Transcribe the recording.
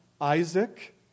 Isaac